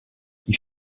qui